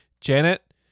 Janet